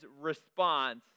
response